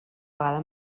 vegada